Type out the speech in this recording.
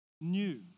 new